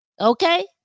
okay